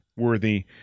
Worthy